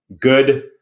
good